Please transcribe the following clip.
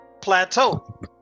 Plateau